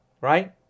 Right